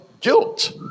guilt